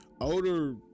older